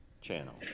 channel